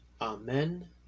Amen